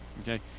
okay